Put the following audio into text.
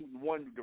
one